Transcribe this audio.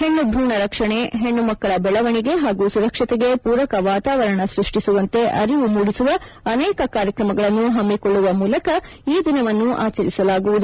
ಹೆಣ್ಣು ಭ್ರೂಣ ರಕ್ಷಣೆ ಹೆಣ್ಣು ಮಕ್ಕಳ ಬೆಳವಣಿಗೆ ಹಾಗೂ ಸುರಕ್ಷತೆಗೆ ಪೂರಕ ವಾತಾವರಣ ಸ್ಪಷ್ಟಿಸುವಂತೆ ಅರಿವು ಮೂಡಿಸುವ ಅನೇಕ ಕಾರ್ಯಕ್ರಮಗಳನ್ನು ಹಮ್ಮಿಕೊಳ್ಳುವ ಮೂಲಕ ಈ ದಿನವನ್ನು ಆಚರಿಸಲಾಗುವುದು